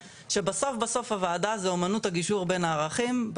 שבסוף בסוף הוועדה הזאת זו אומנות הגישור בין ערכים,